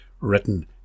written